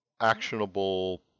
actionable